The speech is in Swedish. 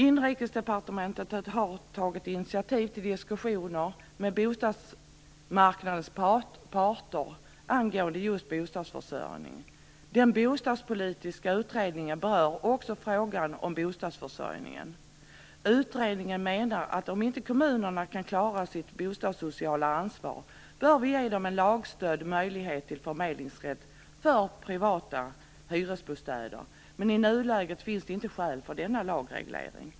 Inrikesdepartementet har tagit initiativ till diskussioner med bostadsmarknadens parter angående bostadsförsörjningen. Den bostadspolitiska utredningen berör också frågan om bostadsförsörjningen. Utredningen menar att om inte kommunerna kan klara sitt bostadssociala ansvar bör vi ge dem en lagstödd möjlighet till förmedlingsrätt för privata hyresbostäder, men i nuläget finns det inte skäl för denna lagreglering.